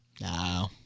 No